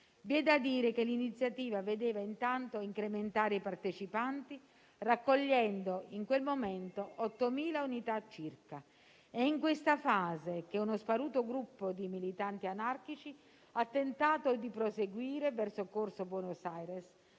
Vi è da dire che l'iniziativa, intanto, vedeva incrementare i partecipanti, raccogliendo in quel momento 8.000 unità circa. È in questa fase che uno sparuto gruppo di militanti anarchici ha tentato di proseguire verso Corso Buenos Aires.